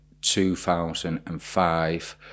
2005